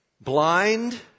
blind